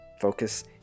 Focus